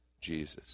Jesus